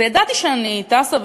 וידעתי שאני טסה,